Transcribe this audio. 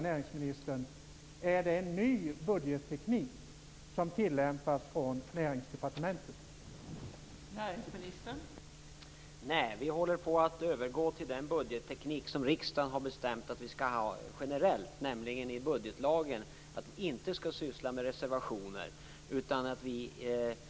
Är det en ny budgetteknik som tillämpas från Näringsdepartementets sida?